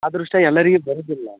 ಅದೃಷ್ಟ ಎಲ್ಲರಿಗೂ ಬರುವುದಿಲ್ಲ